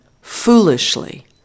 foolishly